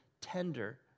tender